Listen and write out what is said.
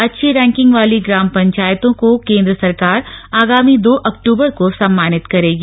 अच्छी रैंकिंग वाली ग्राम पंचायतों को केंद्र सरकार आगामी दो अक्टूबर को सम्मानित करेगी